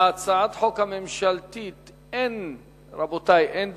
להצעת החוק הממשלתית אין דוברים,